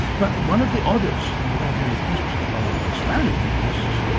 but one of the oddest and without any question one of the most valuable nests,